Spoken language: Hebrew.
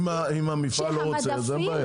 אם המפעל לא רוצה אז אין בעיה.